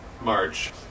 March